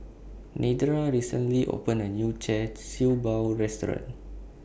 Nedra recently opened A New Char Siew Bao Restaurant